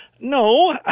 No